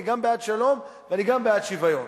אני גם בעד שלום ואני גם בעד שוויון,